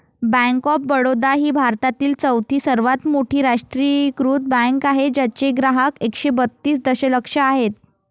bank of Baroda ही भारतातील चौथी सर्वात मोठी राष्ट्रीयीकृत बँक आहे ज्याचे ग्राहक एकशे बत्तीस दशलक्ष आहेत